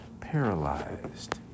paralyzed